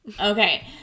Okay